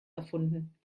erfunden